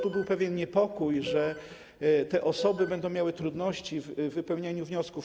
Tu był pewien niepokój, że te osoby będą miały trudności w wypełnianiu wniosków.